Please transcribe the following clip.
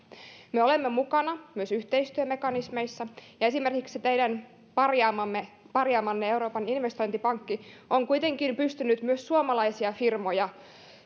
me olemme mukana myös yhteistyömekanismeissa ja esimerkiksi teidän parjaamanne parjaamanne euroopan investointipankki on kuitenkin pystynyt myös suomalaisia firmoja